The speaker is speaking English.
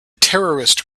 terrorist